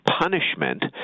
punishment